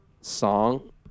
song